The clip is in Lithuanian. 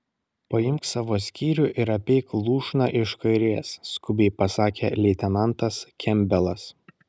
paimk savo skyrių ir apeik lūšną iš kairės skubiai pasakė leitenantas kempbelas